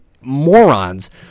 morons